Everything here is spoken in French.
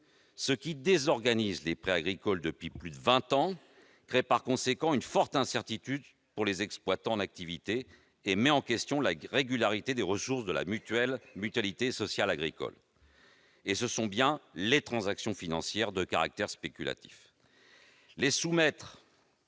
ce qui désorganise les prix agricoles depuis plus de vingt ans et crée, par conséquent, une forte incertitude pour les exploitants en activité et met en question la régularité des ressources de la Mutualité sociale agricole, ce sont bien les transactions financières de caractère spéculatif.